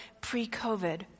pre-covid